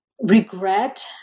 regret